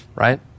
Right